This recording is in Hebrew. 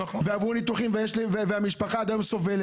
הם עברו ניתוחים ועד היום המשפחה סובלת.